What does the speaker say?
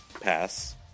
Pass